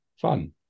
fun